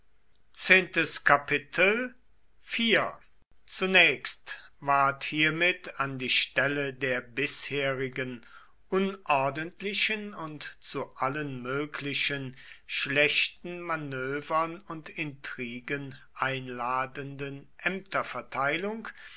zunächst ward hiermit an die stelle der bisherigen unordentlichen und zu allen möglichen schlechten manövern und intrigen einladenden